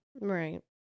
Right